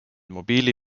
mobiili